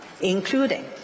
including